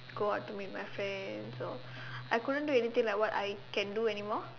go out to meet my friends or I couldn't do anything like what I can do anymore